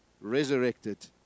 Resurrected